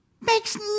Makes